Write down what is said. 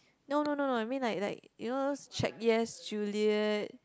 no no no no I mean like like you know those Check-Yes-Juliet